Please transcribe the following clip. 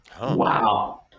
Wow